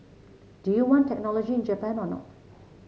do you want technology in Japan or not